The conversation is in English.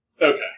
Okay